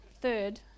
third